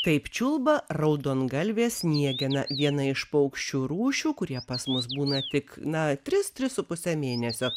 taip čiulba raudongalvė sniegena viena iš paukščių rūšių kurie pas mus būna tik na tris tris su puse mėnesio